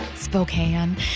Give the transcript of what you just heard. Spokane